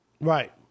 right